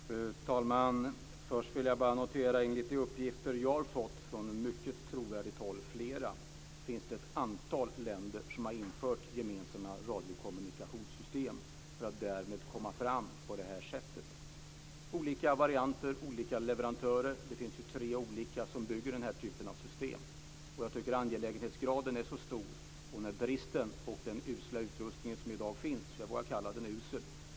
Fru talman! Först vill jag bara notera att enligt de uppgifter jag har fått från flera mycket trovärdiga håll finns det ett antal länder som har infört gemensamma radiokommunikationssystem för att därmed komma fram på det här sättet. Det är olika varianter, olika leverantörer. Det finns ju tre olika som bygger den här typen av system. Jag tycker att angelägenhetsgraden är stor med tanke på bristen och den usla utrustning som i dag finns. Jag vågar kalla den usel.